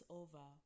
over